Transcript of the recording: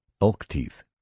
Elk-teeth